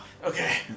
Okay